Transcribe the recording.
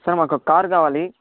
sir మాకొక car కావాలి